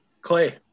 Clay